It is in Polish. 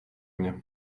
mnie